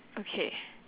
okay